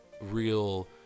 real